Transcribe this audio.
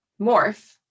morph